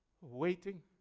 waiting